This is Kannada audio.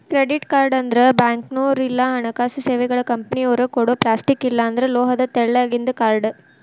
ಕ್ರೆಡಿಟ್ ಕಾರ್ಡ್ ಅಂದ್ರ ಬ್ಯಾಂಕ್ನೋರ್ ಇಲ್ಲಾ ಹಣಕಾಸು ಸೇವೆಗಳ ಕಂಪನಿಯೊರ ಕೊಡೊ ಪ್ಲಾಸ್ಟಿಕ್ ಇಲ್ಲಾಂದ್ರ ಲೋಹದ ತೆಳ್ಳಗಿಂದ ಕಾರ್ಡ್